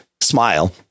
Smile